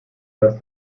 das